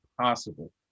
possible